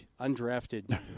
undrafted